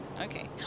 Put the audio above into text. Okay